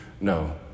No